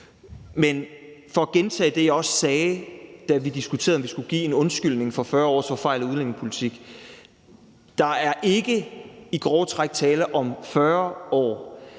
Men for at gentage det, jeg også sagde, da vi diskuterede, om vi skulle give en undskyldning for 40 års forfejlet udlændingepolitik: Der er ikke i grove træk tale om 40 år.